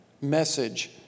message